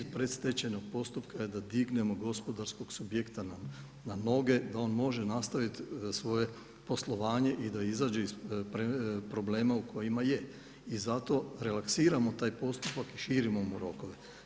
Cilj predstečajnog postupka je da dignemo gospodarskog subjekta na noge, da on može nastaviti svoje poslovanje i da izađe iz problema u kojima je i za to relaksiramo taj postupak i širimo mu rokove.